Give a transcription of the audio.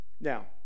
Now